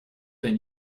been